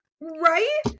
right